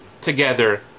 together